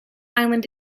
island